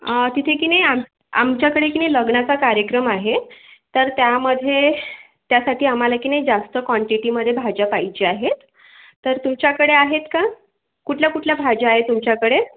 तिथे की नाही आम आमच्याकडे की नाही लग्नाचा कार्यक्रम आहे तर त्यामध्ये त्यासाठी आम्हाला की नाही जास्त क्वांटीटीमध्ये भाज्या पाहिजे आहेत तर तुमच्याकडे आहेत का कुठल्या कुठल्या भाज्या आहे तुमच्याकडे